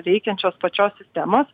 veikiančios pačios sistemos